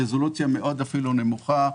בחלוקה ברזולוציה נמוכה מאוד,